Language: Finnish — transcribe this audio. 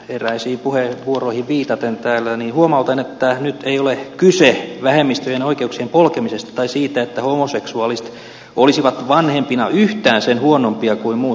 eräisiin puheenvuoroihin viitaten huomautan että nyt ei ole kyse vähemmistöjen oikeuksien polkemisesta tai siitä että homoseksuaalit olisivat vanhempina yhtään sen huonompia kuin muutkaan ihmiset